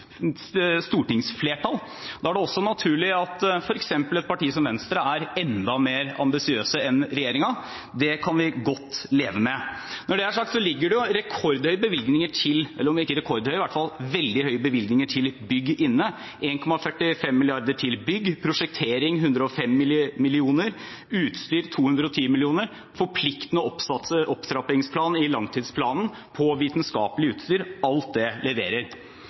stortingsflertall, og da er det også naturlig at f.eks. et parti som Venstre er enda mer ambisiøs enn regjeringen. Det kan vi godt leve med. Når det er sagt, så ligger det inne rekordhøye – om ikke rekordhøye, så iallfall veldig høye – bevilgninger til bygg: 1,45 mrd. kr til bygg, til prosjektering 105 mill. kr, til utstyr 210 mill. kr, en forpliktende opptrappingsplan i langtidsplanen når det gjelder vitenskapelig utstyr – alt det leverer.